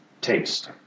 taste